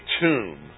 tomb